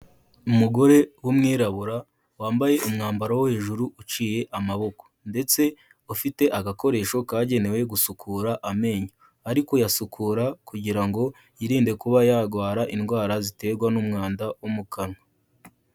Umugore w'umwirabura wambaye umwambaro wo hejuru uciye amaboko, ndetse ufite agakoresho kagenewe gusukura amenyo, ari kuyasukura kugira ngo yirinde kuba yarwara indwara ziterwa n'umwanda wo mu kanwa.